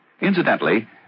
Incidentally